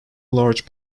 large